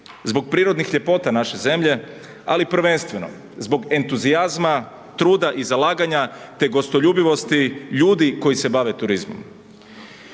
zbog prirodnih ljepota naše zemlje ali prvenstveno zbog entuzijazma, truda i zalaganja te gostoljubivosti ljudi koji se bave turizmom.